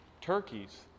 turkeys